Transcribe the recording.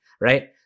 Right